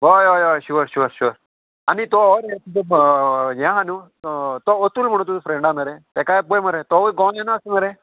हय हय हय शुअर शुवर शुवर आनी तो हो रे तुजो हें आहा न्हू तो अतूल म्हणून तुजो फ्रेंड हा न्हू रे तेकाय पय मरे तो गोंयान आसा न्हू रे